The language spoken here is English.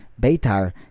Beitar